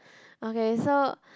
okay so